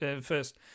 first